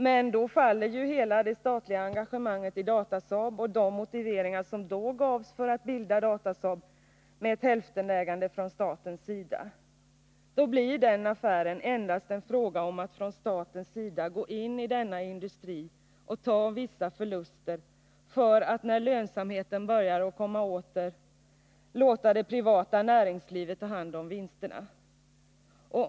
Men då faller hela det statliga engagemanget i Datasaab och de motiveringar som då gavs för att bilda Datasaab med ett hälftenägande av staten. Då blir denna affär endast en fråga om att staten skall gå in i denna industri och ta vissa förluster för att, när lönsamheten börjar komma åter, låta det privata näringslivet ta hand om vinsterna.